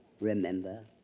remember